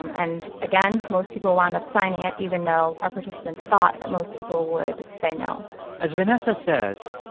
um and, again, most people wound up signing it, even though our participants thought that most people would say no as vanessa says,